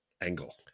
angle